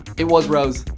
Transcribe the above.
it was rose.